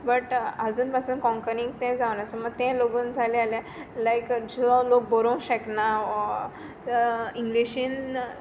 but आजून बासून कोंकणीक तें जावना बट सपोज तें लोगून जालें जाल्यार लायक जो लोक बरोंक शेकना वो इंग्लिशीन